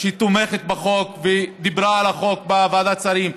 שתומכת בחוק ודיברה על החוק בוועדת השרים,